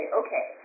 okay